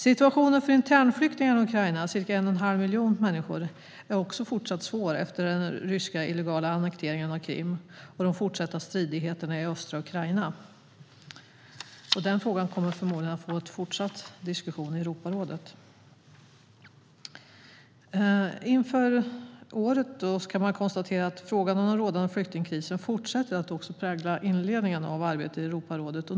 Situationen för internflyktingar i Ukraina, ca 1 1⁄2 miljon människor, är fortsatt svår efter den ryska illegala annekteringen av Krim och de fortsatta stridigheterna i östra Ukraina. Frågan kommer förmodligen att leda till fortsatt diskussion i Europarådet. Man kan konstatera att frågan om den rådande flyktingkrisen fortsätter att prägla också årets inledning av arbetet i Europarådet.